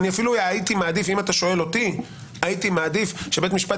אפילו הייתי מעדיף לו אתה שואל אותי שבית המשפט